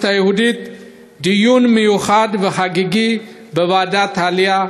היהודית דיון מיוחד וחגיגי בוועדת העלייה,